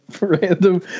random